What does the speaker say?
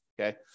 Okay